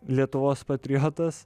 lietuvos patriotas